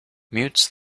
mutes